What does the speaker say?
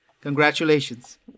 congratulations